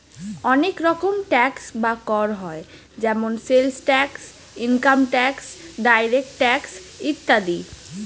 অনেক রকম ট্যাক্স বা কর হয় যেমন sales tax, income tax, direct tax ইত্যাদি